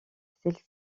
celle